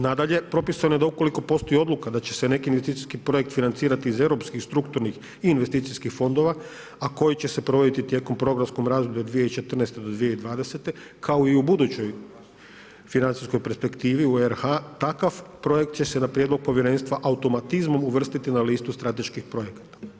Nadalje, propisano je da ukoliko postoji odluka da će se neki investicijski projekt financirati iz europskih strukturnih i investicijskih fondova, a koji će se provoditi tijekom programskog razdoblja od 2014. do 2020. kao i u budućoj financijskoj perspektivi u RH, takav projekt će se na prijedlog povjerenstva automatizmom uvrstiti na listu strateških projekata.